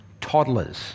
toddlers